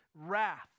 wrath